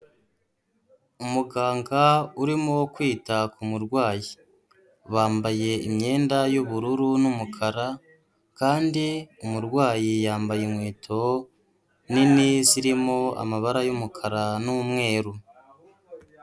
Umuganga urimo kwita ku murwayi, bambaye imyenda y'ubururu n'umukara kandi umurwayi yambaye inkweto nini zirimo amabara y'umukara n'umweru.